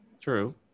true